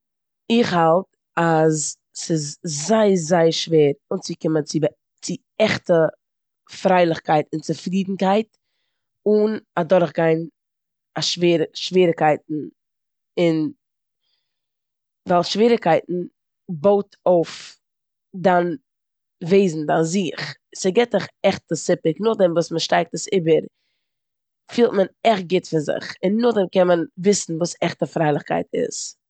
איך האלט אז ס'איז זייער זייער שווער אנצוקומען צו בא- צו עכטע פרייליכקייט און צופרידנקייט אן אדורכגיין א שווערע- שוועריגקייטן און- ווייל שוועריגקייטן בויט אויף דיין וועזן, דיין זיך. ס'גיבט דיך עכטע סיפוק, נאכדעם וואס מ'שטייגט עס איבער פילט מען עכט גוט פון זיך און נאכדעם קען מען וויסן וואס עכטע פרייליכקייט איז.